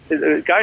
Guys